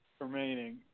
remaining